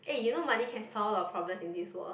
eh you know money can solve alot of problems in this world